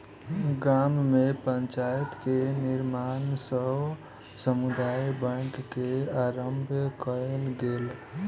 गाम में पंचायत के निर्णय सॅ समुदाय बैंक के आरम्भ कयल गेल